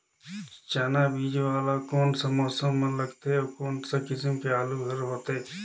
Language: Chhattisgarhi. चाना बीजा वाला कोन सा मौसम म लगथे अउ कोन सा किसम के आलू हर होथे?